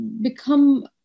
become